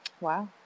Wow